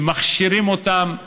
שמכשירים אותם,